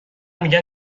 میگن